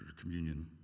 communion